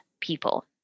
people